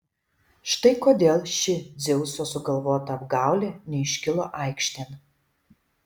štai kodėl ši dzeuso sugalvota apgaulė neiškilo aikštėn